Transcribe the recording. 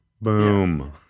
Boom